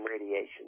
radiation